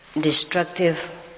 destructive